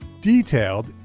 Detailed